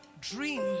dream